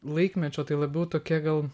laikmečio tai labiau tokia gal